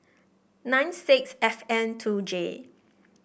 nine six F N two J